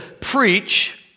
preach